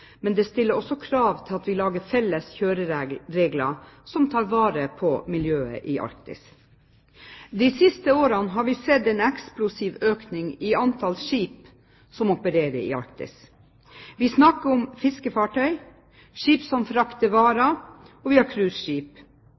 men det stiller også krav til at vi lager felles kjøreregler som tar vare på miljøet i Arktis. De siste årene har vi sett en eksplosiv økning i antall skip som opererer i Arktis. Vi snakker om fiskefartøy, skip som frakter varer, og